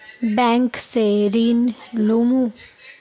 Bank से ऋण लुमू?